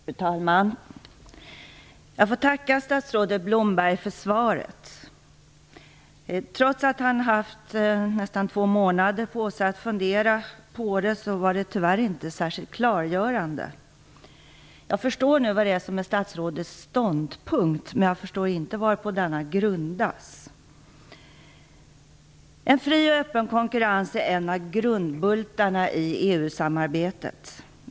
Fru talman! Jag får tacka statsrådet Blomberg för svaret. Trots att han har haft nästan två månader på sig att fundera på det var det tyvärr inte särskilt klargörande. Jag förstår vad som är statsrådets ståndpunkt, men jag förstår inte varpå denna grundas. En fri och öppen konkurrens är en av grundbultarna i EU-samarbetet.